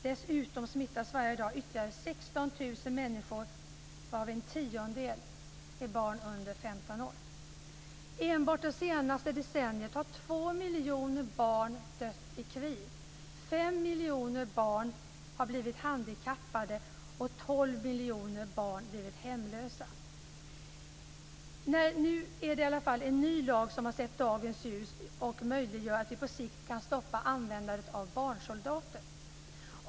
Dessutom smittas varje dag ytterligare 16 000 människor, varav en tiondel är barn under 15 år. Enbart det senaste decenniet har 2 miljoner barn dött i krig. 5 miljoner barn har blivit handikappade, och 12 miljoner barn har blivit hemlösa. Nu har i alla fall en ny lag sett dagens ljus. Den möjliggör att vi på sikt kan stoppa användandet av barnsoldater.